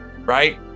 right